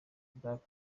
black